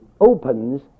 Opens